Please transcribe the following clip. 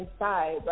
inside